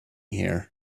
here